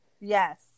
Yes